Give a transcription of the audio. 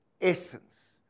essence